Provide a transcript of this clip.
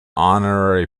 honorary